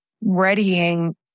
readying